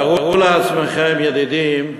תארו לעצמכם, ידידים,